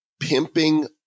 pimping